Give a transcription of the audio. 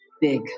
big